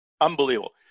Unbelievable